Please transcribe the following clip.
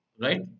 right